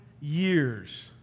years